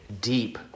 deep